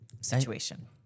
situation